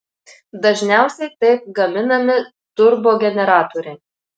dažniausiai taip gaminami turbogeneratoriai